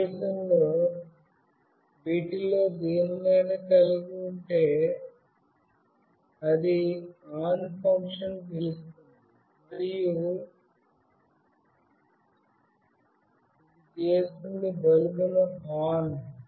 సందేశంలో వీటిలో దేనినైనా కలిగి ఉంటే అది ఆన్ ఫంక్షన్ను పిలుస్తుంది మరియు ఇదిచేస్తుంది బల్బ్ను ఆన్